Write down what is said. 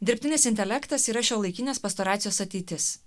dirbtinis intelektas yra šiuolaikinės pastoracijos ateitis